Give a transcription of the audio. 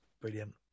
Brilliant